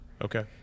Okay